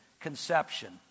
conception